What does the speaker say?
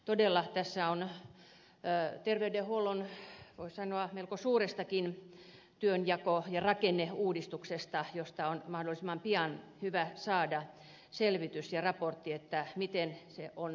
todella tässä on kyse terveydenhuollon voi sanoa melko suurestakin työnjako ja rakenneuudistuksesta josta on mahdollisimman pian hyvä saada selvitys ja raportti miten se on toteutunut